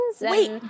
Wait